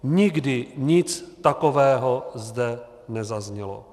Nikdy nic takového zde nezaznělo.